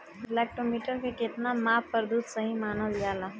Lactometer के कितना माप पर दुध सही मानन जाला?